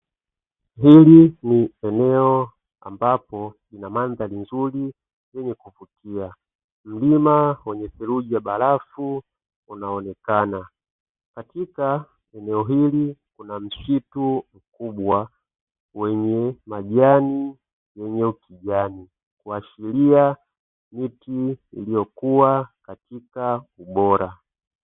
Hili ni eneo ambapo lina mandhari nzuri na yenye kuvutia, mlima wenye seruji ya barafu unaonekana. Katika eneo hili kuna msitu mkubwa wenye majani yenye ukijani kuashiria miti iliyokuwa katika ubora.